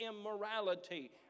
immorality